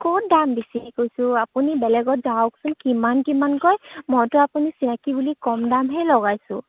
ক'ত দাম বেছিকৈ কৈছোঁ আপুনি বেলেগত যাওকচোন কিমান কিমান কয় মইতো আপুনি চিনাকী বুলি কম দামহে লগাইছোঁ